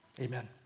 amen